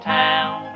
town